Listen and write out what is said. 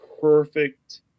perfect